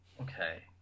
Okay